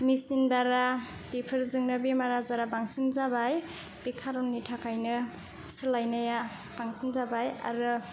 मेचिन बारा बेफोरजोंनो बेमार आजारा बांसिन जाबाय बे कारननि थाखायनो सोलायनाया बांसिन जाबाय आरो